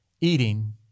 eating